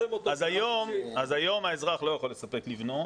היום האזרח לא יכול לספק לבנו.